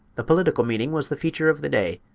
the political meeting was the feature of the day,